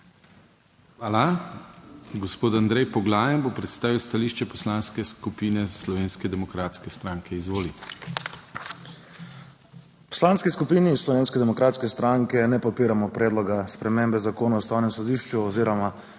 Hvala. Gospod Andrej Poglajen bo predstavil stališče Poslanske skupine Slovenske demokratske stranke. Izvolite. ANDREJ POGLAJEN (PS SDS): V Poslanski skupini Slovenske demokratske stranke ne podpiramo predloga spremembe Zakona o Ustavnem sodišču oziroma